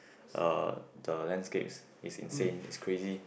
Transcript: uh the landscapes is insane is crazy